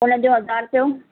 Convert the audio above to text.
हुनजो हज़ार रुपयो